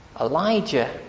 Elijah